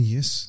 Yes